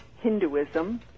Hinduism